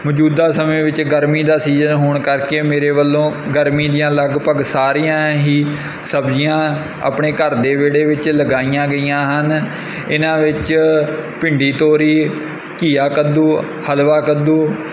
ਮੌਜੂਦਾ ਸਮੇਂ ਵਿੱਚ ਗਰਮੀ ਦਾ ਸੀਜ਼ਨ ਹੋਣ ਕਰਕੇ ਮੇਰੇ ਵੱਲੋਂ ਗਰਮੀ ਦੀਆਂ ਲਗਭਗ ਸਾਰੀਆਂ ਹੀ ਸਬਜ਼ੀਆਂ ਆਪਣੇ ਘਰ ਦੇ ਵਿਹੜੇ ਵਿੱਚ ਲਗਾਈਆਂ ਗਈਆਂ ਹਨ ਇਹਨਾਂ ਵਿੱਚ ਭਿੰਡੀ ਤੋਰੀ ਘੀਆ ਕੱਦੂ ਹਲਵਾ ਕੱਦੂ